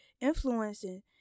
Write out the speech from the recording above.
Influencing